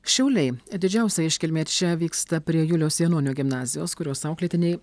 šiauliai didžiausia iškilmė čia vyksta prie juliaus janonio gimnazijos kurios auklėtiniai